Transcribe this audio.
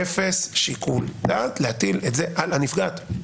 אפס שיקול דעת להטיל את זה על הנפגעת.